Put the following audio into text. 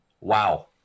Wow